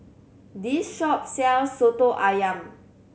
this shop sells Soto Ayam